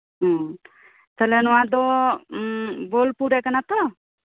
ᱦᱮᱸ ᱛᱟᱦᱞᱮ ᱱᱚᱣᱟ ᱫᱚ ᱵᱳᱞᱯᱩᱨ ᱜᱮ ᱠᱟᱱᱟ ᱛᱚ